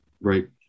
Right